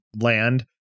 land